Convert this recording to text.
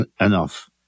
enough